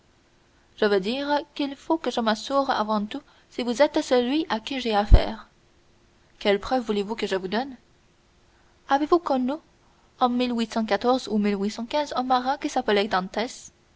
je veux dire qu'il faut que je m'assure avant tout si vous êtes celui à qui j'ai affaire quelles preuves voulez-vous que je vous donne avez-vous connu en ou